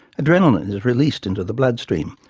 adrenalin is released into the blood stream,